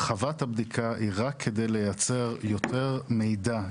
הרחבת הבדיקה היא רק כדי לייצר יותר מידע,